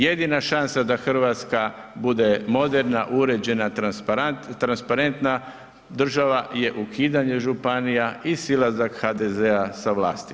Jedina šansa da Hrvatska bude moderna, uređena, transparentna država je ukidanje županija i silazak HDZ-a sa vlasti.